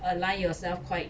align yourself quite